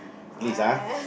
please ah